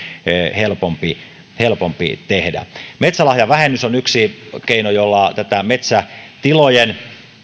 helpompi helpompi tehdä metsälahjavähennys on yksi keino jolla tätä metsätilojen